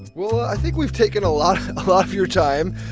well, i think we've taken a lot lot of your time.